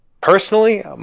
personally